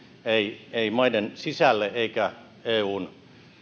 ei ei maiden sisälle eikä eun